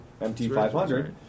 MT500